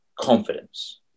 confidence